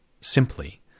simply